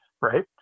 right